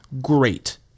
great